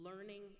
learning